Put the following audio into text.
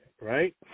right